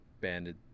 banded